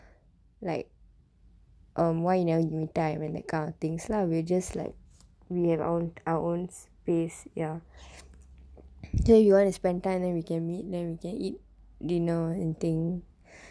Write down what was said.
like um why you never give me time and that kind of things lah we were just like we have our own our own space ya till you want to spend time then we can meet then we can eat dinner and thing